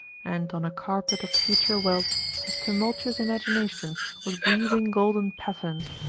and on a carpet of future wealth his tumultuous imagination was weaving golden patterns,